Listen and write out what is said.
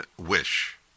wish